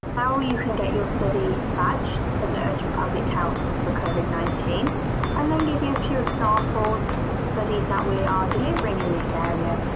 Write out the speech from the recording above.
how you can get your study badged as a urgent public health for covid nineteen and then give you a few examples of studies that we are delivering in this area,